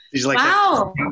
Wow